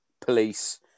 police